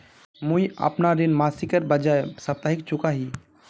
मुईअपना ऋण मासिकेर बजाय साप्ताहिक चुका ही